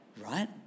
Right